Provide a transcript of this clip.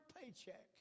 paycheck